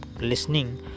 listening